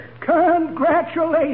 Congratulations